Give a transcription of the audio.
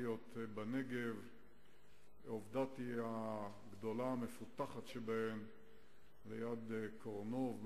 נבטיות בנגב ועבדת היא הגדולה והמפותחת שבהן ליד כורנוב,